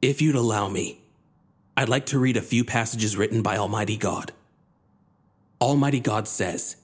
if you'd allow me i'd like to read a few passages written by almighty god almighty god says